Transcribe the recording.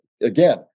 again